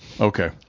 okay